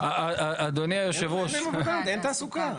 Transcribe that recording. אין תעסוקה.